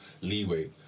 leeway